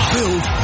Built